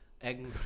Egg